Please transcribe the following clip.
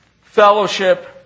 fellowship